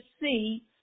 see –